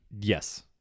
Yes